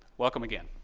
welcome again.